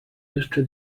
jeszcze